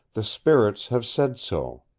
the spirits have said so.